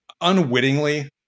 unwittingly